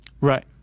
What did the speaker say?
Right